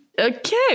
Okay